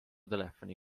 telefoni